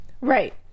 Right